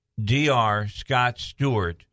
drscottstewart